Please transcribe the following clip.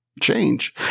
change